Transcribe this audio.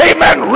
Amen